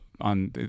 on